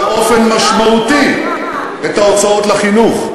באופן משמעותי את ההוצאות לחינוך,